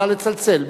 נא לצלצל,